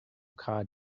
card